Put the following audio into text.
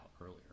earlier